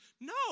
No